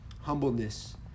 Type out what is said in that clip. humbleness